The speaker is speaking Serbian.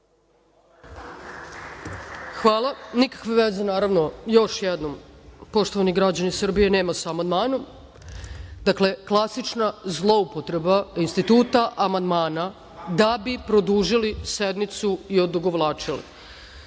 Hvala. Nikakve veze, naravno, još jednom, poštovani građani Srbije, nema sa amandmanom. Dakle, klasična zloupotreba instituta amandmana, da bi produžili sednicu i odugovlačili. Druga